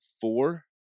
four